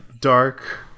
dark